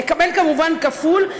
לקבל כמובן כפול,